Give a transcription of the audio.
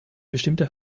bestimmte